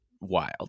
wild